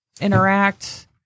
interact –